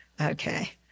Okay